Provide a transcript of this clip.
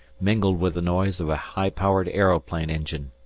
mingled with the noise of a high-powered aeroplane engine.